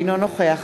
אינו נוכח